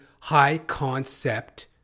high-concept